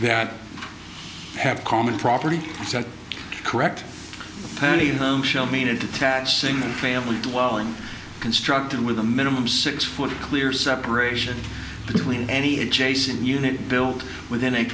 that have common property is that correct county home shall mean attach single family dwelling constructed with a minimum six foot clear separation between any adjacent unit built within a